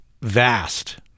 vast